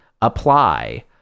apply